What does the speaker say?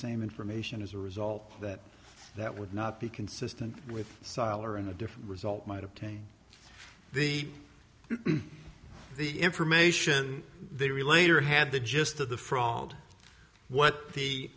same information as a result that that would not be consistent with siler and a different result might obtain the the information they relate or had the gist of the from what the